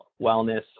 wellness